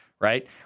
Right